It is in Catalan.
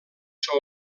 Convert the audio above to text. són